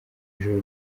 ijoro